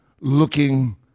looking